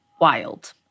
wild